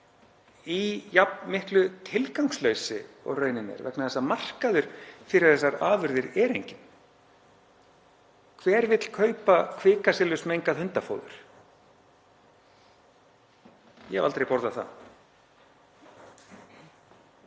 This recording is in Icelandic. í jafn miklu tilgangsleysi og raunin er, vegna þess að markaður fyrir þessar afurðir er enginn. Hver vill kaupa kvikasilfursmengað hundafóður? Ég hef aldrei borðað það.